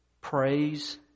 praise